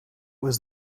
was